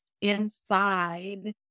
inside